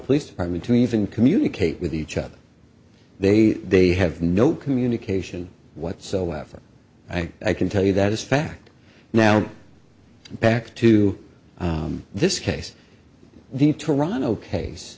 police department to even communicate with each other they they have no communication whatsoever i can tell you that is fact now back to this case the toronto case